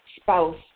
spouse